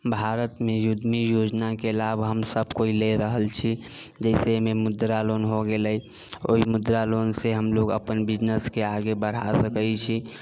भारत मे योजना के लाभ हमसब कोइ ले रहल छी जैसे अहिमे मुद्रा लोन भऽ गेलै ओहि मुद्रा लोन से हमलोग अपन बिजनेसके आगे बढ़ा सकै छी